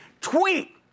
Tweet